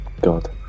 God